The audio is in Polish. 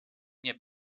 nie